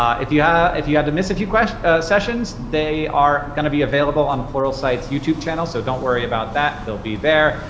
ah if you ah if you had to miss a few ah sessions, they are gonna be available on pluralsight's youtube channel. so don't worry about that. they'll be there.